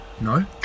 No